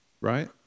Right